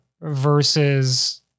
versus